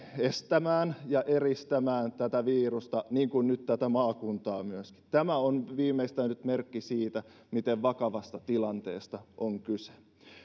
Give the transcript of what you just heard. estämään ja eristämään tätä virusta niin kuin nyt tätä maakuntaa myöskin tämä on viimeistään nyt merkki siitä miten vakavasta tilanteesta on kyse